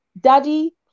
Daddy